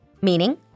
Meaning